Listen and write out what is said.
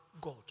God